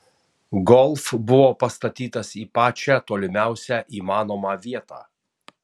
golf buvo pastatytas į pačią tolimiausią įmanomą vietą